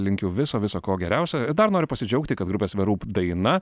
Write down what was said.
linkiu viso viso ko geriausio ir dar noriu pasidžiaugti kad grupės the roop daina